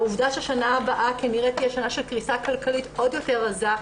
העובדה ששנה הבאה כנראה תהיה שנה של קריסה כלכלית עוד יותר עזה,